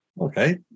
Okay